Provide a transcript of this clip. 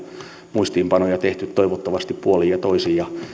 muistiinpanoja tehty toivottavasti puolin ja toisin ja